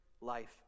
life